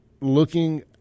looking